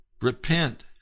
Repent